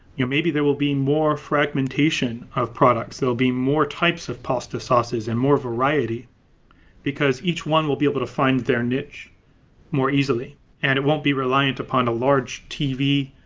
you know maybe there will be more fragmentation of products. there'll be more types of pasta sauces and more variety because each one will be able to find their niche more easily and it won't be reliant upon a large t v.